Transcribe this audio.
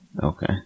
okay